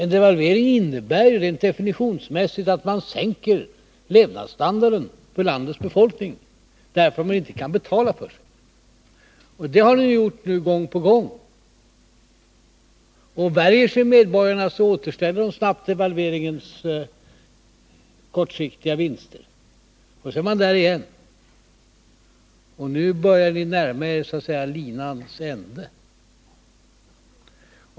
En devalvering innebär ju rent definitionsmässigt att man sänker levnadsstandarden för landets medborgare, därför att de inte kan betala för sig. Det har ni nu gjort gång på gång, och om medborgarna värjer sig återställer de så att säga snabbt de kortsiktiga vinsterna av devalveringen. Sedan är läget detsamma. Nu börjar ni närma er linans ände.